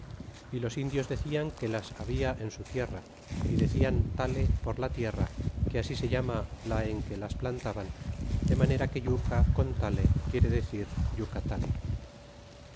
y los indios decian que las habia en su tierra y decían tale por la tierra que ast se llama la en que las plantaban de manera que yuca con tale quiere decir yucatan